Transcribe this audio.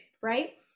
right